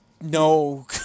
No